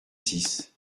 six